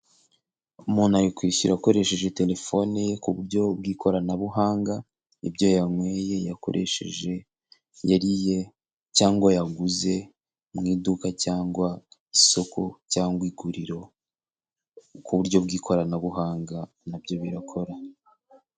Umuntu ari kwishyura akoresheje telefone ye ku buryo bw’ikoranabuhanga ibyo yanyweye, yakoresheje, yariye, cyangwa yaguze mu iduka, cyangwa mu isoko, cyangwa mu iguriro, mu buryo bw’ikoranabuhanga nabyo birakora.